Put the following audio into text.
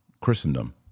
Christendom